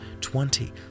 twenty